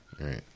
right